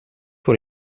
vor